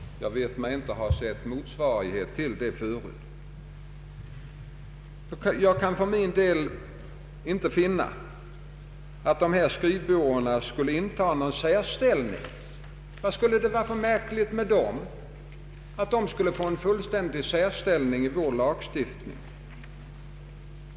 Jag vet mig inte ha sett motsvarighet till det förut. Jag för min del kan inte finna att dessa skrivbyråer skulle inta någon särställning i dessa avseenden. Vad är det för märkligt med dem, som skulle göra det befogat att ge dem en särställning i vår lagstiftning?